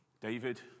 David